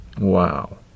Wow